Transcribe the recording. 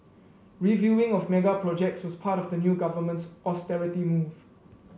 reviewing of mega projects was part of the new government's austerity move